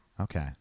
Okay